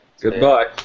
Goodbye